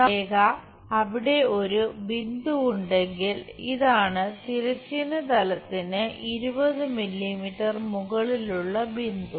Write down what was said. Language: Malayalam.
നമ്മുടെ രേഖ അവിടെ ഒരു ബിന്ദുവുണ്ടെങ്കിൽ ഇതാണ് തിരശ്ചീന തലത്തിന് 20 മില്ലിമീറ്റർ മുകളിലുള്ള ബിന്ദു